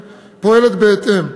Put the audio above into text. פועלת בהתאם.